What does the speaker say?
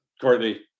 Courtney